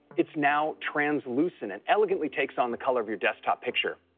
it's now translucent and elegantly takes on the color of your desktop picture.